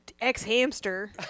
ex-hamster